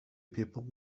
people